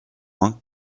one